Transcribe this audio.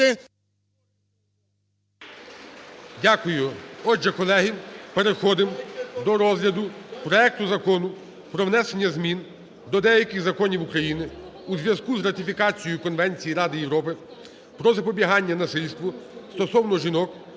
Дякую. Отже, колеги, переходимо до розгляду проекту Закону про внесення змін до деяких Законів України у зв'язку з ратифікацією Конвенції Ради Європи про запобігання насильству стосовно жінок